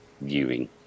viewing